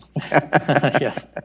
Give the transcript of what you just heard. Yes